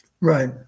Right